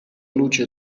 luce